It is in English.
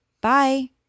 Bye